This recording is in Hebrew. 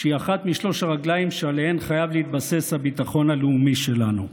שהיא אחת משלוש הרגליים שעליהן חייב להתבסס הביטחון הלאומי שלנו.